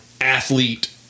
athlete